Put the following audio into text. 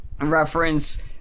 reference